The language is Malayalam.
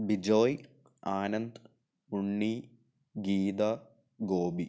ബിജോയ് ആനന്ത് ഉണ്ണി ഗീത ഗോപി